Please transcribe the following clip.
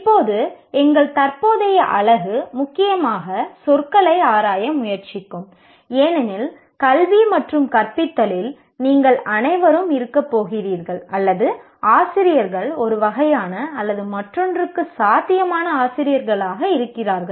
இப்போது எங்கள் தற்போதைய அலகு முக்கியமாக சொற்களை ஆராய முயற்சிக்கும் கல்வி மற்றும் கற்பித்தல் ஏனெனில் நீங்கள் அனைவரும் ஆசிரியர்களாக இருக்கப் போகிறீர்கள் அல்லது ஆசிரியர்கள் ஒரு வகையான அல்லது மற்றொன்றுக்கு சாத்தியமான ஆசிரியர்களாக இருக்கிறார்கள்